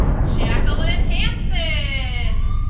jacqueline hansen